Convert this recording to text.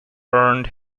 earned